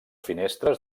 finestres